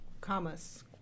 commas